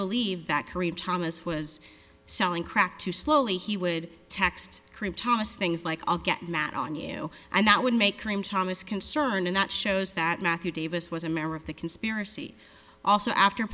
believe that kareem thomas was selling crack too slowly he would text cream thomas things like i'll get mad on you and that would make creme thomas concern and that shows that matthew davis was a member of the conspiracy also after